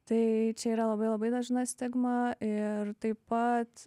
tai čia yra labai labai dažna stigma ir taip pat